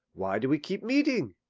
why do we keep meeting?